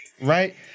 right